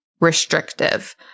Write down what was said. restrictive